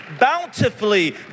bountifully